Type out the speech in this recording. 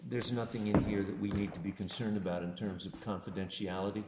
there's nothing in here that we need to be concerned about in terms of confidentiality